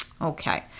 Okay